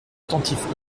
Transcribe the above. attentif